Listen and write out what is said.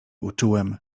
uczułem